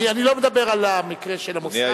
אני לא מדבר על המקרה של המוסד,